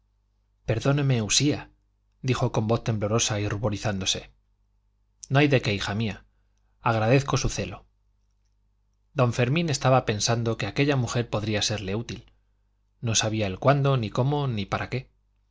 perdóneme usía dijo con voz temblorosa y ruborizándose no hay de qué hija mía agradezco su celo don fermín estaba pensando que aquella mujer podría serle útil no sabía él cuándo ni cómo ni para qué